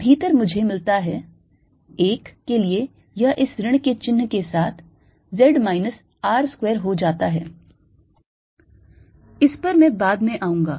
भीतर मुझे मिलता है 1 के लिए यह इस ऋण के चिन्ह के साथ z minus R square हो जाता है इस पर मैं बाद में आऊंगा